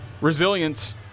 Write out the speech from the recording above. Resilience